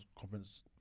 conference